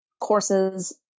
courses